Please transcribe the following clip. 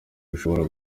bishobora